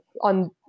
on